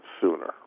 sooner